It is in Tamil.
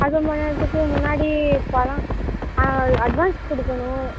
அதும்மா இதுக்கு முன்னாடி பணம் அட்வான்ஸ் கொடுக்கணும்